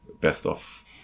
best-of